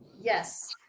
Yes